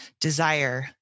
desire